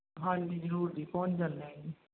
ਹਾਂਜੀ ਜ਼ਰੂਰ ਜੀ ਪਹੁੰਚ ਜਾਂਦੇ ਹਾਂ ਜੀ